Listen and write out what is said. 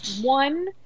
one